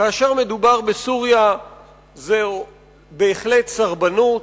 כאשר מדובר בסוריה זאת בהחלט סרבנות,